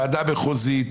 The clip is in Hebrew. ועדה מחוזית,